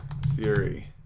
theory